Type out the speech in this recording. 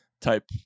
type